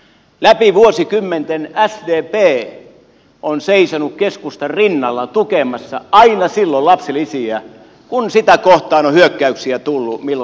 läpi vuosikymmenten sdp on seisonut keskustan rinnalla tukemassa aina silloin lapsilisiä kun niitä kohtaan on hyökkäyksiä tullut milloin mistäkin suunnalta